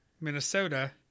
Minnesota